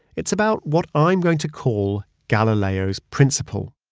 it's about what i'm going to call galileo's principle,